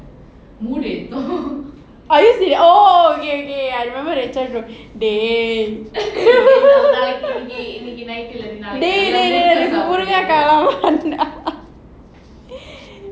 are you serious oh oh oh okay okay I remember that dey dey dey dey இன்னைக்கு:innaiku